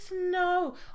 no